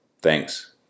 Thanks